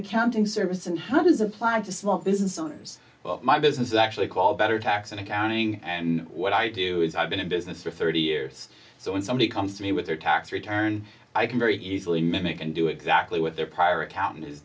accounting service and how does applying to small business owners well my business actually call better tax and accounting and what i do is i've been in business for thirty years so when somebody comes to me with their tax return i can very easily mimic and do exactly what their prior accounting is